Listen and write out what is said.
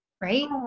right